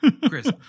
Chris